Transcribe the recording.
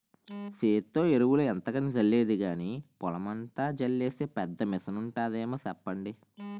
సేత్తో ఎరువులు ఎంతకని జల్లేది గానీ, పొలమంతా జల్లీసే పెద్ద మిసనుంటాదేమో సెప్పండి?